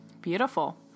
Beautiful